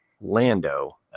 Lando